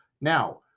Now